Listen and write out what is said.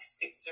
six